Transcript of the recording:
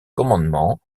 commandement